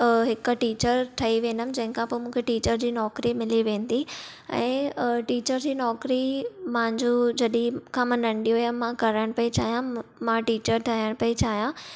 हिक टीचर ठही वेंदमि जंहिं खां पोइ मूंखे टीचर जी नौकरी मिली वेंदी ऐं टीचर जी नौकरी मुंहिंजो जॾंहिं खां मां नंढी हुयमि मां करणु पिए चाहियमि मां टीचर ठहणु पई चाहियां